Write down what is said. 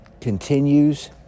continues